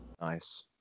nice